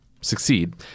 succeed